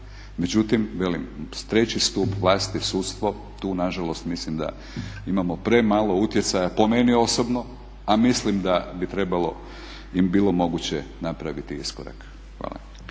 velim treći stup vlasti je sudstvo. Tu nažalost mislim da imamo premalo utjecaja po meni osobno, a mislim da bi trebalo i bilo moguće napraviti iskorak. Hvala.